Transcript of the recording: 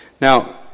Now